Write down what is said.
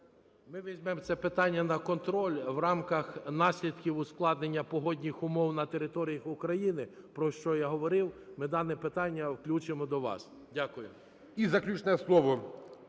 Ми візьмемо це питання на контроль в рамках наслідків ускладнення погодних умов на території України, про що я говорив. Ми дане питання включимо до вас. Дякую. ГОЛОВУЮЧИЙ. І заключне слово